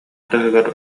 таһыгар